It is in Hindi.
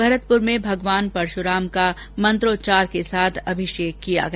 भरतपुर में भगवान परशुराम का मंत्राच्चार के साथ अभिषेक किया गया